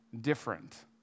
different